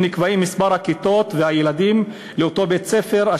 נקבעים מספר הכיתות ומספר הילדים לאותו בית-ספר,